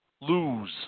lose